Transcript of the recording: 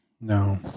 No